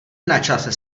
načase